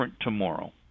tomorrow